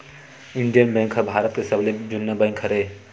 Indian Bank ह भारत के सबले जुन्ना बेंक हरय